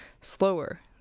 slower